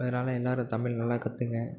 அதனால் எல்லாரும் தமிழ் நல்லா கத்துங்க